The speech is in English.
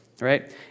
right